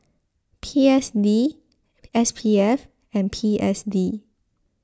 P S D S P F and P S D